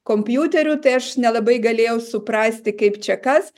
kompiuterių tai aš nelabai galėjau suprasti kaip čia kas